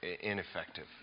ineffective